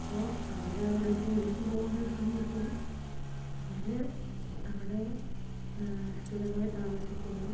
അപ്പോൾ അവരവിടെ ജോലിക്കു പോകുന്ന സമയത്ത് അവര് അവിടെ സ്ഥിരമായി താമസിക്കുന്നു